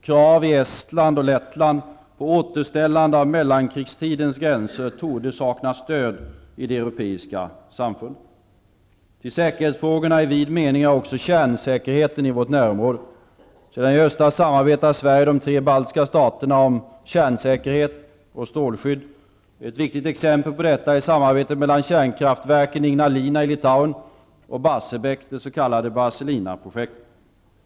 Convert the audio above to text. Krav i Estland och Lettland på återställande av mellankrigstidens gränser torde sakna stöd i det europeiska samfundet. Till säkerhetsfrågorna i vid mening hör också kärnsäkerheten i vårt närområde. Sedan i höstas samarbetar Sverige och de tre baltiska staterna om kärnsäkerhet och strålskydd. Ett viktigt exempel på detta är samarbetet mellan kärnkraftverken Ignalina i Litauen och Barsebäck, det s.k. Barselina-projektet.